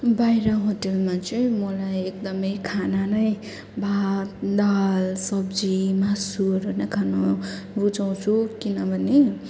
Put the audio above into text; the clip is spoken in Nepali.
बाहिर होटलमा चाहिँ मलाई एकदमै खाना नै भात दाल सब्जी मासुहरू नै खानु रुचाउँछु किनभने